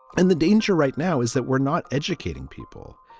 and the danger right now is that we're not educating people.